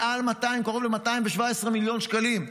מעל 200, קרוב ל-217 מיליון שקלים.